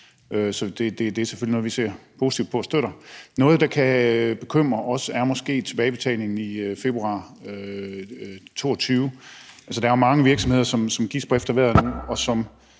så det er selvfølgelig noget, vi ser positivt på og støtter. Noget, der kan bekymre os, er måske tilbagebetalingen i februar 2022. Der er jo mange virksomheder, som gisper efter vejret nu, og som